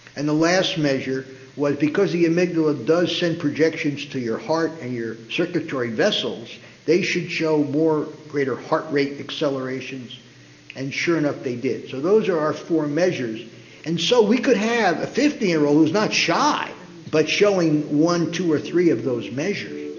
and the last measure was because the amygdala does send projections to your heart and your circuitry vessels they should show more greater heart rate accelerations and sure enough they did. so those are our four measures and so we could have a fifty year old who's not shy but showing one, two or three of those measures.